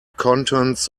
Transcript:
contents